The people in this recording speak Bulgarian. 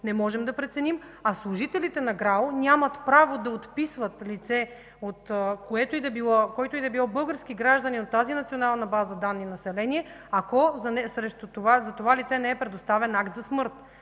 не можем да преценим. Служителите на ГРАО нямат право да отписват лице, който и да било български гражданин от Национална база данни „Население”, ако за това лице не е предоставен акт за смърт.